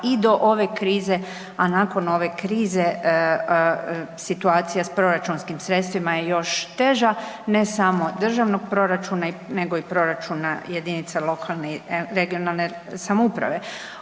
i do ove krize, a nakon ove krize situacija s proračunskim sredstvima je još teža ne samo državnog proračuna, nego i proračuna jedinica lokalne i regionalne samouprave.